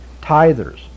tithers